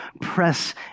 press